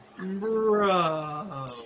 Bro